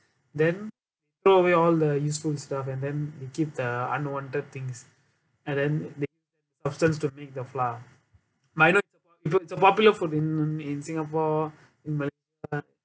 then throw away all the useful stuff and then they keep the unwanted things and then they soften to make the flour but I know it's a popular it's a popular food in in in singapore in malaysia